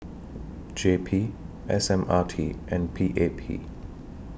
J P S M R T and P A P